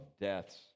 deaths